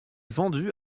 vendue